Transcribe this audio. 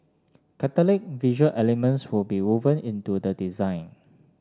catholic visual elements will be woven into the design